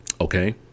Okay